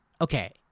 Okay